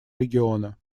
региона